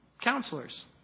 counselors